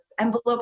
envelope